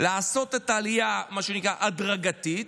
לעשות את העלייה מה שנקרא הדרגתית.